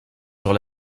sur